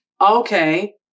okay